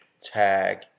tag